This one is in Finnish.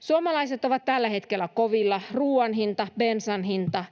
Suomalaiset ovat tällä hetkellä kovilla. Ruoan hinta, bensan hinta,